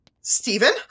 Stephen